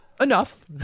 Enough